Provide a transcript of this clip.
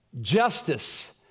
justice